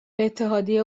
اتحادیه